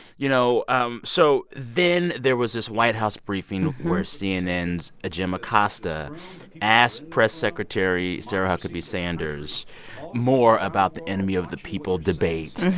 you know um so then there was this white house briefing where cnn's jim acosta asked press secretary sarah huckabee sanders more about the enemy-of-the-people debate.